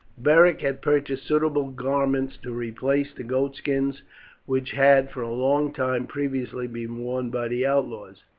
beric had purchased suitable garments to replace the goatskins which had for a long time previously been worn by the outlaws,